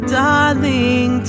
darling